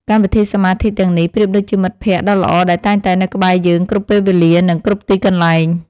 កម្មវិធីសមាធិទាំងនេះប្រៀបដូចជាមិត្តភក្តិដ៏ល្អដែលតែងតែនៅក្បែរយើងគ្រប់ពេលវេលា និង គ្រប់ទីកន្លែង។